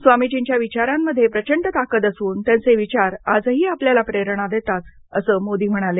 स्वामीजींच्या विचारांमध्ये प्रचंड ताकद असून त्यांचे विचार आजही आपल्याला प्रेरणा देतात असं मोदी म्हणाले